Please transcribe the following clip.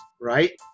right